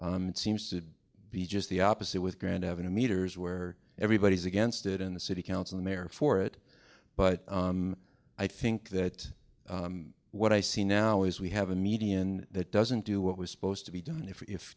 seems to be just the opposite with grand avenue meters where everybody's against it in the city council mare for it but i think that what i see now is we have a median that doesn't do what was supposed to be done if